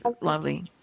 lovely